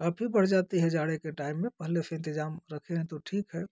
काफी बढ़ जाती है जाड़े के टाइम में पहले से इंतजाम रखे हैं तो ठीक है